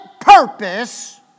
purpose